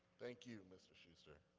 thank you, mr. shuster.